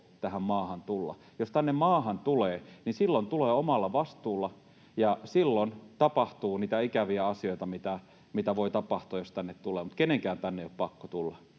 tähän maahan tulla. Jos tänne maahan tulee, niin silloin tulee omalla vastuulla ja silloin tapahtuu niitä ikäviä asioita, mitä voi tapahtua, jos tänne tulee. Mutta kenenkään tänne ei ole pakko tulla.